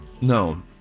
No